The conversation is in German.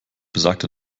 besagt